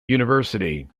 university